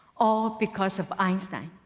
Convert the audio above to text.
all because of einstein.